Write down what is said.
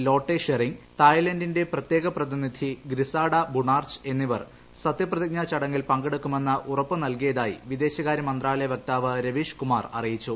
ലോട്ടെ ഷെറിങ് തായ്ലന്റിന്റെ പ്രത്യേക പ്രതിനിധി ഗ്രിസാഡ ബുണാർച് എന്നിവർ സത്യപ്രതിജ്ഞാ ചടങ്ങിൽ പങ്കെടുക്കുമെന്ന് ഉറപ്പ് നൽകിയതായി വിദേശകാരൃമന്ത്രാലയ വക്താവ് രവീഷ്കുമാർ അറിയിച്ചു